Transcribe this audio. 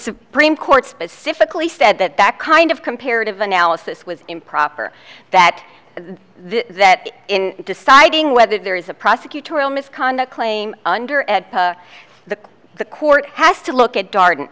supreme court specifically said that that kind of comparative analysis was improper that the that in deciding whether there is a prosecutorial misconduct claim under the court has to look at darden